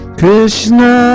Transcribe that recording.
Krishna